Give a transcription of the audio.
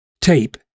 tape